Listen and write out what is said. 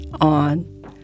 on